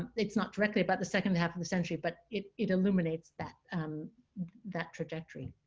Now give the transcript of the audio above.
it's not directly about the second half of the century, but it it illuminates that um that trajectory.